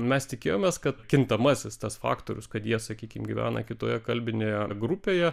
mes tikėjomės kad kintamasis tas faktorius kad jie sakykim gyvena kitoje kalbinėje grupėje